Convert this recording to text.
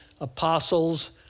apostles